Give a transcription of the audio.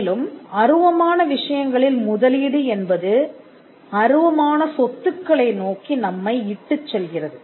மேலும் அருவமான விஷயங்களில் முதலீடு என்பது அருவமான சொத்துக்களை நோக்கி நம்மை இட்டுச் செல்கிறது